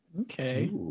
Okay